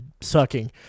sucking